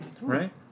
Right